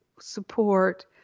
support